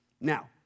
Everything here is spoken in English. Now